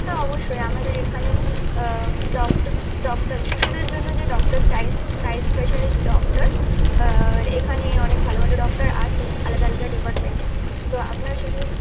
হ্যাঁ অবশ্যই আমাদের এখানে ডক্টর ডক্টর শিশুদের জন্যে যে doctor childs childs specialist doctor এখানে অনেক ভালো ভালো ডক্টর আছে আলাদা আলাদা ডিপার্টমেন্টে তো আপনার শিশুর